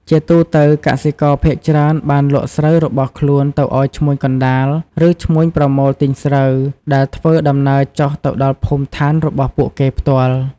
ជាទូទៅ កសិករភាគច្រើនបានលក់ស្រូវរបស់ខ្លួនទៅឲ្យឈ្មួញកណ្ដាល ឬឈ្មួញប្រមូលទិញស្រូវ ដែលធ្វើដំណើរចុះទៅដល់ភូមិឋានរបស់ពួកគេផ្ទាល់។